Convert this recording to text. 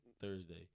Thursday